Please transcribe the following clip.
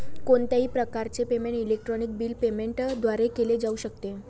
कोणत्याही प्रकारचे payment electronic bill payment द्वारे केले जाऊ शकते